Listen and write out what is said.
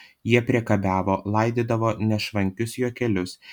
jie priekabiavo laidydavo nešvankius juokelius